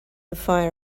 fire